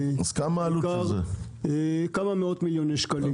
- עולה סדר גודל של כמה מאות מיליוני שקלים.